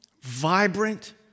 vibrant